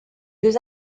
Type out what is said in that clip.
deux